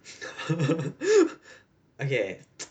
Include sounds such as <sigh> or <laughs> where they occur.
<laughs> okay